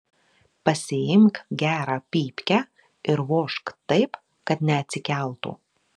pasiimk gerą pypkę ir vožk taip kad neatsikeltų